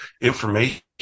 information